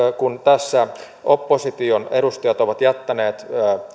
kun tässä opposition edustajat ovat jättäneet